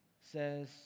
says